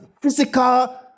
physical